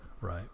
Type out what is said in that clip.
Right